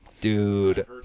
Dude